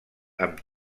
amb